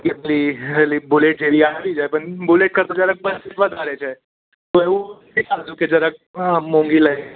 પેલી Harley bullet જેવી આવી છે પણ બુલેટ કરતાં જરા પ્રાઇસ વધારે છે તો એવું કે જરાક મોંઘી લાગી